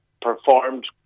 performed